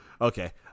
Okay